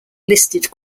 listed